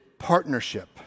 Partnership